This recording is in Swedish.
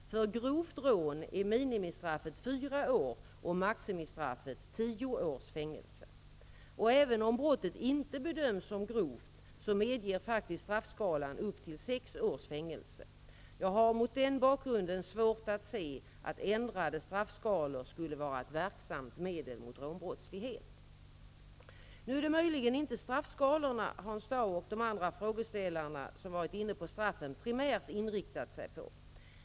För grovt rån är minimistraffet fyra års och maximistraffet tio års fängelse, och även om brottet inte bedöms som grovt medger faktiskt straffskalan upp till sex års fängelse. Jag har mot den bakgrunden svårt att se att ändrade straffskalor skulle vara ett verksamt medel mot rånbrottslighet. Nu är det möjligen inte straffskalorna Hans Dau och de andra frågeställarna som tagit upp straffen primärt inriktar sig på.